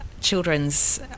children's